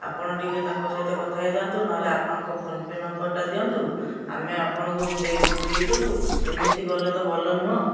ଆପଣ ଟିକେ ତାଙ୍କ ସହିତ କଥା ହେଇଯାଆନ୍ତୁ ନହେଲେ ଆପଣଙ୍କ ଫୋନ ପେ ନମ୍ବରଟା ଦିଅନ୍ତୁ ଆମେ ଆପଣଙ୍କୁ ଦେଇ ଦେବୁ ଏମିତି କଲେ ତ ଭଲ ନୁହେଁ